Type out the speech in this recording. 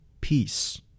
Peace